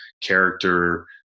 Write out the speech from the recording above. character